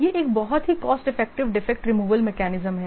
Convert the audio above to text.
यह एक बहुत ही cost effective defect removal mechanism है